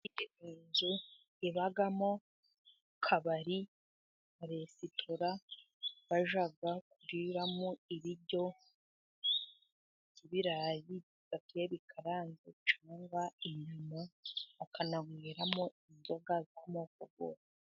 Iyo nzu ibamo akabari na resitora bajya kuriramo nk'ibiryo by'ibirayi, bikase, bikaranze cyangwa inyama, bakanayweramo inzoga z'amoko yose.